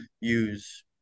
use